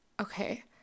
okay